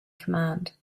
command